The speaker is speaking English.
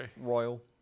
Royal